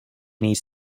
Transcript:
needs